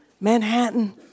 Manhattan